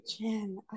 jen